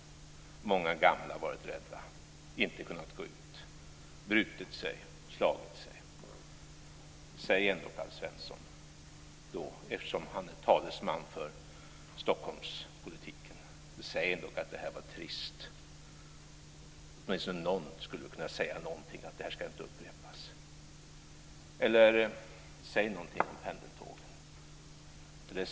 Många gamla har varit rädda och har inte kunnat gå ut. De har brutit sig och slagit sig. Eftersom Alf Svensson är talesman för Stockholmspolitiken - säg ändock att detta var trist! Åtminstone någon skulle väl kunna säga någonting om att detta inte ska upprepas. Eller säg någonting om pendeltågen!